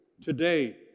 today